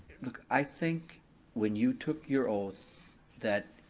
look, i think when you took your oath that